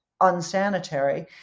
unsanitary